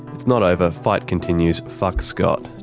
it's not over. fight continues. fuck scott.